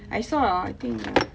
I saw I think uh